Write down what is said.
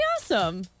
awesome